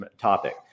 topic